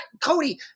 Cody